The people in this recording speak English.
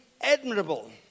admirable